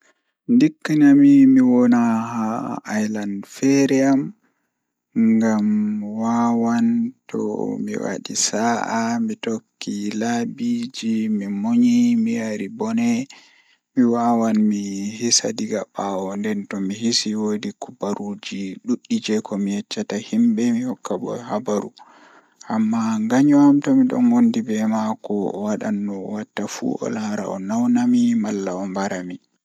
Ndikkinami mi wona haa ailan feere am ngam wawan tomi wadi sa'a mi tokki laabiiji mi munyi mi yari bone mi wawan mi hisa egaa bawo nden tomi hisi bo woodi kubaruuji duddi jei mi yeccata himbe mi hokka be habaru, Amma nganyo am tomidon wondi be maako mi wadan no o wattafu o laara o nawna mi malla o mbarami.